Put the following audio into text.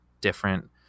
different